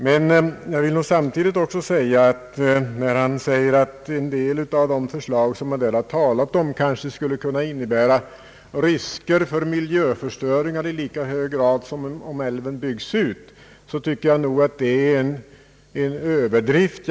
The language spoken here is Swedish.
Men när han säger att en del av de förslag som man där har talat om kanske skulle kunna innebära risker för miljöförstöringar i lika hög grad som om älven byggs ut, så tycker jag att det är en överdrift.